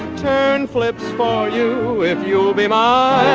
turn flips for you if you will be ah